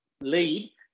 lead